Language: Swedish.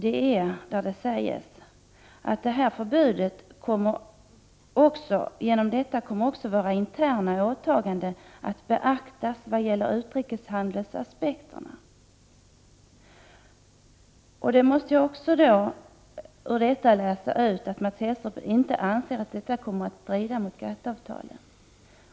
En annan intressant sak som man kan läsa i svaret är: ”Härvid kommer också våra interna åtaganden att beaktas vad gäller utrikeshandelsaspekterna.” Detta måste betyda att Mats Hellström inte anser att detta kommer att strida mot GATT-avtalet.